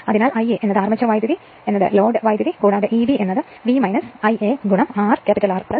അതിനാൽ Ia armature current load current കൂടാതെ Eb V Ia R ra